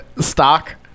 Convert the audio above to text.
stock